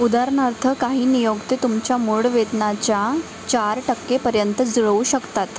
उदाहरणार्थ काही नियुक्ती तुमच्या मूळ वेतनाच्या चार टक्केपर्यंत जुळवू शकतात